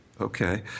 okay